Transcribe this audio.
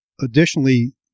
Additionally